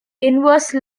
inverse